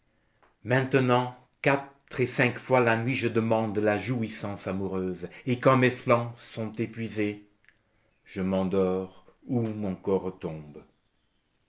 maintenant quatre et cinq fois la nuit je demande la jouissance amoureuse et quand mes flancs sont épuisés je m'endors où mon corps retombe